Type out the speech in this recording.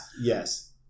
yes